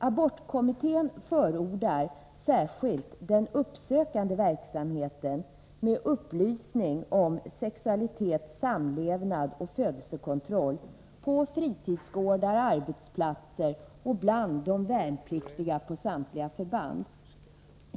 Abortkommittén förordar särskilt den uppsökande verksamheten, där upplysning om sexualitet, samlevnad och födelsekontroll ges på fritidsgårdar och arbetsplatser och till de värnpliktiga på samtliga förband.